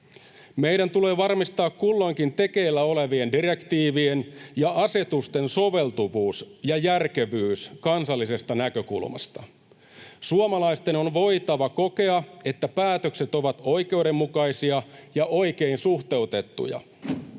Meidän tulee varmistaa kulloinkin tekeillä olevien direktiivien ja asetusten soveltuvuus ja järkevyys kansallisesta näkökulmasta. Suomalaisten on voitava kokea, että päätökset ovat oikeudenmukaisia ja oikein suhteutettuja.